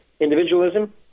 individualism